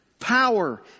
power